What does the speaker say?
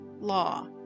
law